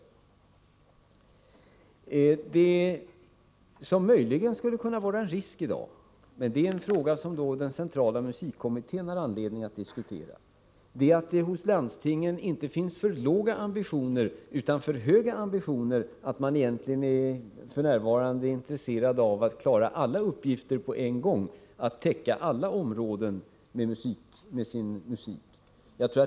Det som möjligen skulle kunna vara en risk i dag — men det är en fråga som den centrala musikkommittén har anledning att diskutera — är att landstingen inte har för låga utan för höga ambitioner, att de f.n. egentligen är intresserade av att klara alla uppgifter på en gång och täcka alla områden med sin musik.